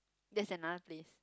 that's another place